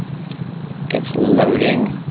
it's loading